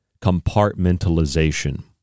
compartmentalization